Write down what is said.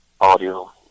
audio